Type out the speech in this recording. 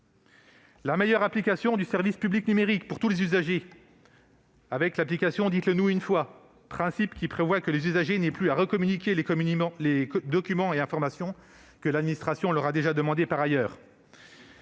La meilleure mise en oeuvre du service public numérique pour tous les usagers, avec l'application « dites-le-nous une fois », principe qui prévoit que les usagers n'aient plus à communiquer de nouveau les documents et informations que l'administration leur a déjà demandés par ailleurs,